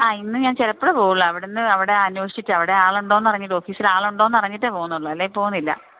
ആ ഇന്ന് ഞാൻ ചിലപ്പോഴെ പോകുകയുള്ളൂ അവിടെനിന്ന് അവിടെ അന്വേഷിച്ചിട്ട് അവിടെ ആളുണ്ടോയെന്നറിഞ്ഞിട്ട് ഓഫീസിൽ ആളുണ്ടോയെന്നറിഞ്ഞിട്ടേ പോകുന്നുള്ളൂ അല്ലെങ്കില് പോകുന്നില്ല